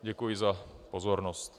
Děkuji za pozornost.